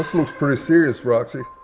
looks pretty serious roxy.